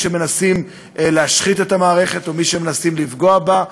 שמנסים להשחית את המערכת ואת מי שמנסים לפגוע בה.